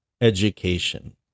education